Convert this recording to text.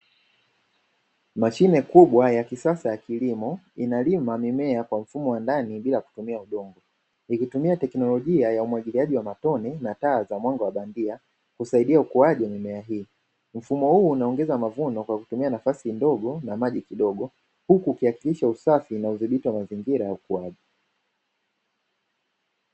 Mashine kubwa ya kisasa ya kilimo inalima mimea kwa mfumo wa ndani bila kutumia udongo ikitumia teknolojia ya umwagiliaji wa matone na taa za mwanga wa bandia, husaidia ukuaji wa mimea hii, mfumo huu unaongeza mavuno kwa kutumia nafasi ndogo na maji kidogo huku ukihakikisha usafi na udhibiti wa mazingira ya ukuaji.